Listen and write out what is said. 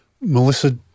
Melissa